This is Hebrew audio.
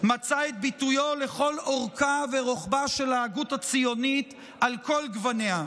מצא את ביטויו לכל אורכה ורוחבה של ההגות הציונית על כל גווניה.